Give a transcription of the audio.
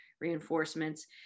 reinforcements